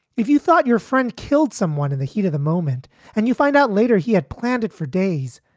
if you thought your friend killed someone in the heat of the moment and you find out later, he had planned it for days,